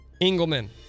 Engelman